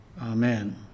amen